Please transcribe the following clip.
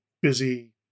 busy